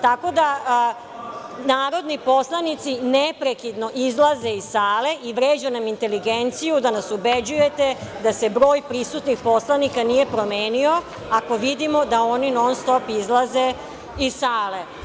Tako da, narodni poslanici neprekidno izlaze iz sale i vređa nam inteligenciju da nas ubeđujete da se broj prisutnih poslanika nije promenio, ako vidimo da oni non stop izlaze iz sale.